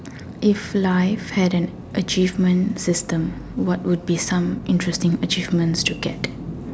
if life had an achieve system what would be some interesting achievements to get